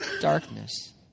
darkness